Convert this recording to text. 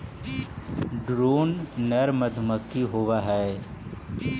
drone नर मधुमक्खी होवअ हई